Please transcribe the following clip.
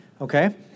okay